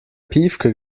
piefke